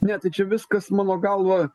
ne tai čia viskas mano galva